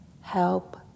help